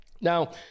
Now